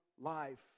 life